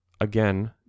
again